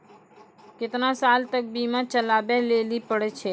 केतना साल तक बीमा चलाबै लेली पड़ै छै?